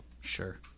Sure